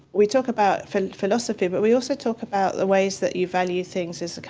we talk about philosophy, but we also talk about the ways that you value things. it's